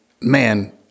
man